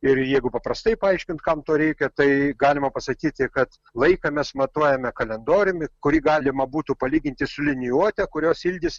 ir jeigu paprastai paaiškint kam to reikia tai galima pasakyti kad laiką mes matuojame kalendoriumi kurį galima būtų palyginti su liniuote kurios ilgis